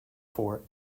for